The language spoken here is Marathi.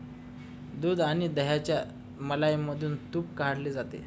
दूध आणि दह्याच्या मलईमधून तुप काढले जाते